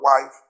wife